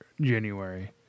January